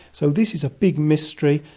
so this is a big mystery.